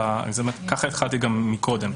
כך התחלתי את הדברים גם קודם.